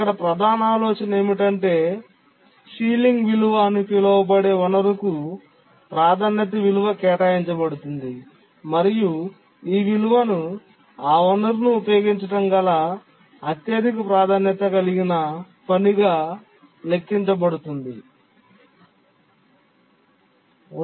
ఇక్కడ ప్రధాన ఆలోచన ఏమిటంటే సీలింగ్ విలువ అని పిలువబడే వనరుకు ప్రాధాన్యత విలువ కేటాయించబడుతుంది మరియు ఈ విలువను ఆ వనరును ఉపయోగించగల అత్యధిక ప్రాధాన్యత కలిగిన పనిగా లెక్కించబడుతుంది